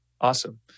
Awesome